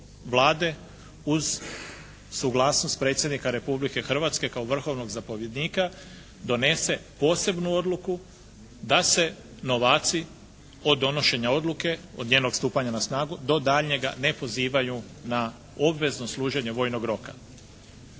uz suglasnost Predsjednika Republike Hrvatske kao vrhovnog zapovjednika donese posebnu odluku da se novaci od donošenja odluke, od njenog stupanja na snagu do daljnjega ne pozivaju na obvezno služenje vojnog roka.